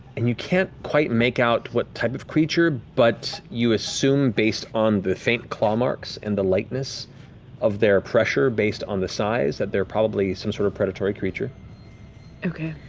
and you can't quite make out what type of creature, but you assume, based on the faint claw marks and the lightness of their pressure, based on the size, that they're probably some sort of predatory creature okay.